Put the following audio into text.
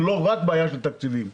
אבל לא רק בעיה של תקציבים.